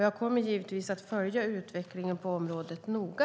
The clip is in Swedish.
Jag kommer givetvis att följa utvecklingen på området noga.